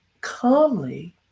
calmly